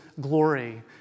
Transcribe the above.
glory